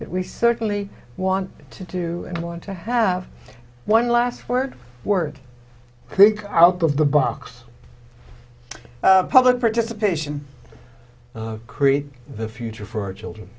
that we certainly want to do and want to have one last word word big out of the box public participation create the future for our children